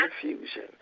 confusion